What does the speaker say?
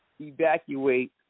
evacuate